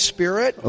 Spirit